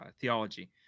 theology